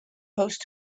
post